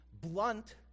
blunt